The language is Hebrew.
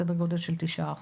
סדר גודל של תשעה אחוז.